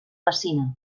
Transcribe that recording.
messina